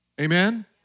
Amen